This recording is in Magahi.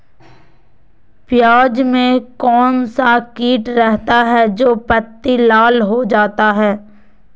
प्याज में कौन सा किट रहता है? जो पत्ती लाल हो जाता हैं